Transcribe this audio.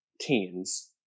teens